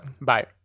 Bye